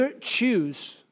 choose